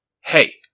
Hey